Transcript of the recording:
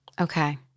Okay